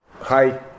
Hi